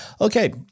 Okay